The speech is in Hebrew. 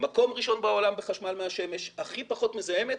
מקום ראשון בעולם בחשמל מהשמש, הכי פחות מזהמת